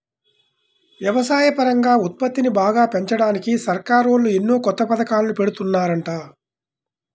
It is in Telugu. వ్యవసాయపరంగా ఉత్పత్తిని బాగా పెంచడానికి సర్కారోళ్ళు ఎన్నో కొత్త పథకాలను పెడుతున్నారంట